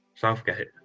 Southgate